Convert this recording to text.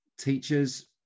teachers